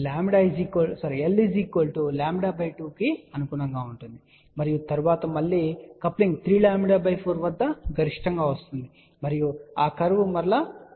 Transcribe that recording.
ఇది l λ 2 కు అనుగుణంగా ఉంటుంది మరియు తరువాత మళ్లీ కప్లింగ్ 3 λ 4 వద్ద గరిష్టంగా మారుతుంది మరియు ఆ కర్వ్